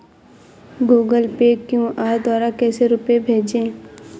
Google Pay QR द्वारा कैसे रूपए भेजें?